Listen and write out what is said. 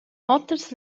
oters